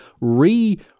re-